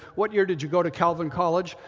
what year did you go to calvin college?